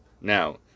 now